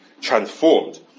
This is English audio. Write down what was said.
transformed